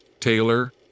Taylor